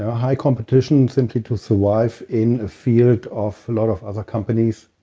high competition simply to survive in a field of a lot of other companies,